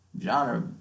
genre